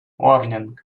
warning